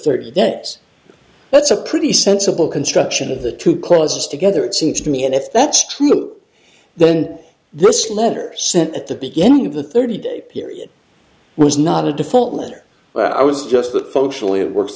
thirty debts that's a pretty sensible construction of the two clauses together it seems to me and if that's true then this letter sent at the beginning of the thirty day period was not a default letter i was just that